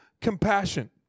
compassion